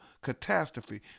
catastrophe